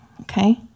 Okay